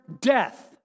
death